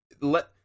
let